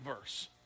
verse